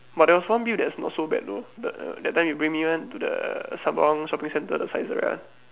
but there was one beef that was not so bad though the that time you bring me [one] to the Sembawang shopping centre the Saizeriya